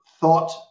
thought